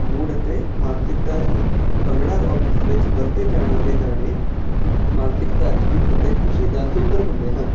mood ਅਤੇ ਮਾਨਸਿਕ ਤਾਜ਼ਗੀ ਭੰਗੜਾ ਐਰੋਬਿਕਸ ਵਿੱਚ ਵਰਤੇ ਜਾਣ ਵਾਲੇ ਗਾਣੇ ਮਾਨਸਿਕ ਤਾਜ਼ਗੀ ਅਤੇ ਖੁਸ਼ੀ ਦਾ ਸੂਤਰ ਹੁੰਦੇ ਹਨ